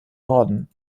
norden